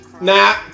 Nah